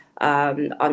on